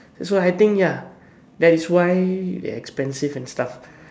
so I think ya that is why they are expensive and stuff